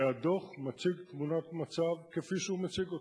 והדוח מציג תמונת מצב כפי שהוא מציג אותה.